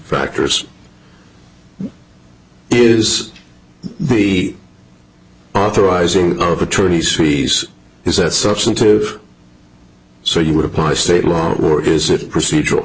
factors is the authorizing of attorney's fees is that substantive so you apply state law or is it procedural